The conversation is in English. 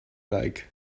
like